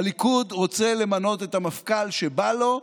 הליכוד רוצה למנות את המפכ"ל שבא לו,